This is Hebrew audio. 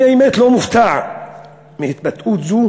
אני, האמת, לא מופתע מהתבטאות זו